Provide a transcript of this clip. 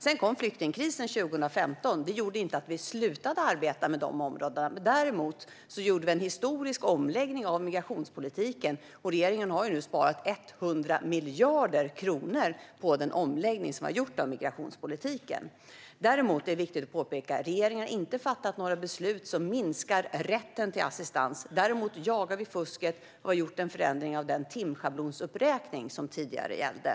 Sedan kom flyktingkrisen 2015. Det gjorde inte att vi slutade att arbeta med dessa områden. Däremot gjorde vi en historisk omläggning av migrationspolitiken, och regeringen har nu sparat 100 miljarder kronor på denna omläggning. Det är viktigt att påpeka att regeringen inte har fattat några beslut som minskar rätten till assistans. Däremot jagar vi fusket, och vi har gjort en förändring av den timschablonsuppräkning som tidigare gällde.